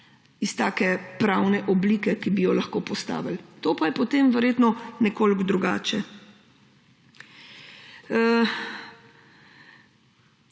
iz take pravne oblike, ki bi jo lahko postavili. To je pa potem verjetno nekoliko drugače.